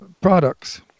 products